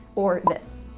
or this.